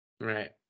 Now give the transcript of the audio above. Right